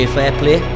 Fairplay